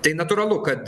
tai natūralu kad